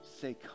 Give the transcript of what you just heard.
say